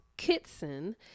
Kitson